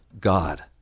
God